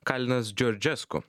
kalinas džordžesku